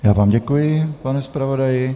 Já vám děkuji, pane zpravodaji.